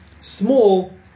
small